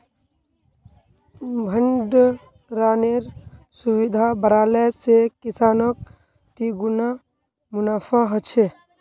भण्डरानेर सुविधा बढ़ाले से किसानक तिगुना मुनाफा ह छे